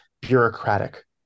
bureaucratic